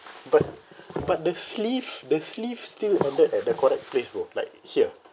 but but the sleeve the sleeve still ended at the correct place bro like here